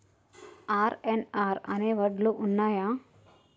RNR అనే వడ్లు ఉన్నయా?